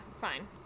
fine